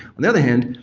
on the other hand,